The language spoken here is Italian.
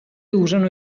usano